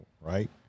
right